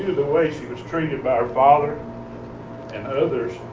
the way she was treated by her father and others,